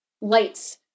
lights